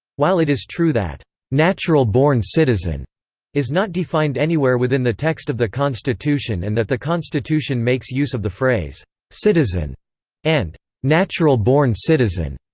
while it is true that natural born citizen is not defined anywhere within the text of the constitution and that the constitution makes use of the phrase citizen and natural born citizen,